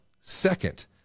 second